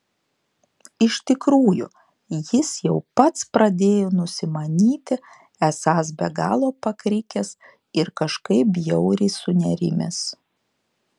iš tikrųjų jis jau pats pradėjo nusimanyti esąs be galo pakrikęs ir kažkaip bjauriai sunerimęs